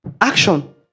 action